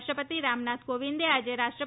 રાષ્ર પતિ રામનાથ કોવિંદે આજે રાષ્ર